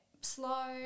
slow